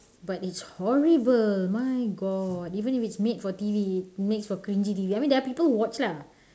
but it's horrible my god even if it's made for T_V makes for cringy T_V I mean there are people who watch lah